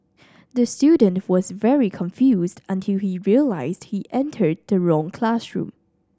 the student was very confused until he realised he entered the wrong classroom